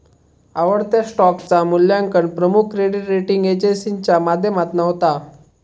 आवडत्या स्टॉकचा मुल्यांकन प्रमुख क्रेडीट रेटींग एजेंसीच्या माध्यमातना होता